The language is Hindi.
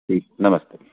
ठीक नमस्ते